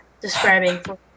describing